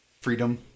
freedom